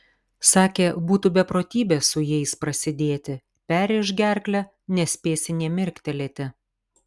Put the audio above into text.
sakė būtų beprotybė su jais prasidėti perrėš gerklę nespėsi nė mirktelėti